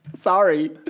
Sorry